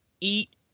eat